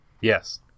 Yes